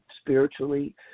spiritually